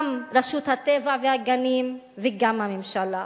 גם רשות הטבע והגנים וגם הממשלה.